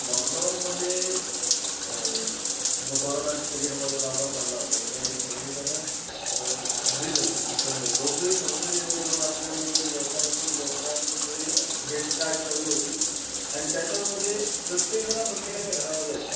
लॉकडाऊनमध्ये जो कोरोना पीरियडमध्ये लॉकडाऊन पडला होता ज्याच्यामध्ये सगळी जणं घरीच होती व स रोगही संसर्गजन्य रोग असल्यामुळे लोकांची लोकांची भेट गाठ कमी होती आणि त्याच्यामध्ये प्रत्येक जण हा प्रत्येकाच्या घरामध्ये होता